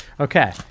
Okay